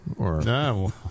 No